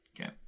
Okay